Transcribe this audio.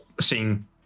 seeing